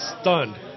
stunned